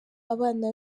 abana